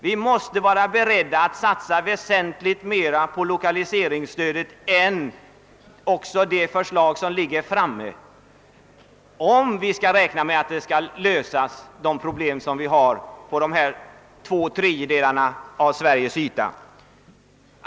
Vi måste vara beredda att på lokaliseringsstödet satsa t.o.m. väsentligt mer än som föreslås i de ärenden vi nu behandlar, om vi skall kunna lösa de problem som gäller två tredjedelar av Sveriges yta.